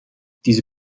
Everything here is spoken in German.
diese